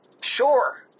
Sure